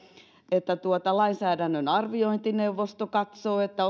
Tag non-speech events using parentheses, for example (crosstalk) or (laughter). että lainsäädännön arviointineuvosto katsoo että (unintelligible)